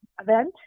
event